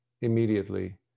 immediately